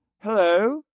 Hello